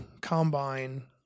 combine